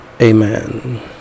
Amen